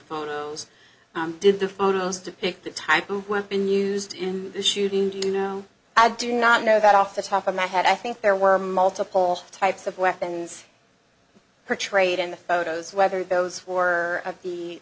photos on did the photos depict the type of weapon used in this shooting do you know i do not know that off the top of my head i think there were multiple types of weapons portrayed in the photos whether those were